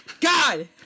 god